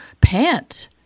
pant